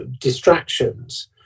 distractions